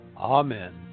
Amen